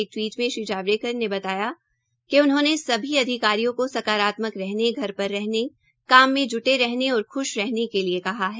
एक टवीट में श्री जावड़ेकर ने बतायाकि उन्होंने सभी अधिकारियों को साकारत्मक रहने घर पर रहने काम में ज्टे रहने और ख्श रहने के लिए कहा है